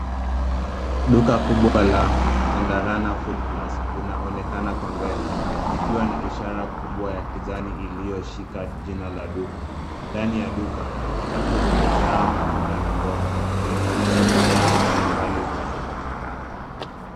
Duka kubwa la chandarana food plus linaonekana kwa mbele likiwa na ishara kubwa ya kijani iliyoshika jina la duka. Ndani ya duka, rafu zimejaa matunda na mboga zikionyesha bidhaa mbalimbali zinazopatikana.